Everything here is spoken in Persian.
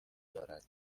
دارد